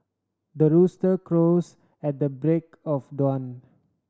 the rooster crows at the break of dawn